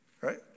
Right